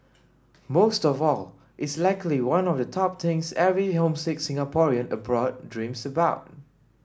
most of all it's likely one of the top things every homesick Singaporean abroad dreams about